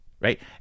right